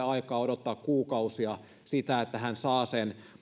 aikaa odottaa kuukausia sitä että hän saa sen